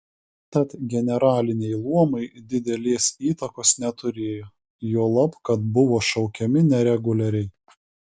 tad generaliniai luomai didelės įtakos neturėjo juolab kad buvo šaukiami nereguliariai